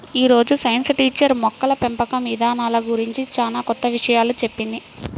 యీ రోజు science teacher మొక్కల పెంపకం ఇదానాల గురించి చానా కొత్త విషయాలు చెప్పింది